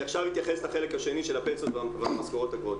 אני עכשיו אתייחס לחלק השני של הפנסיות והמשכורות הגבוהות.